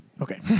Okay